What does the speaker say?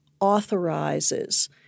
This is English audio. authorizes